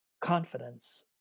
Confidence